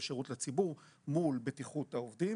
ושירות לציבור מול בטיחות לעובדים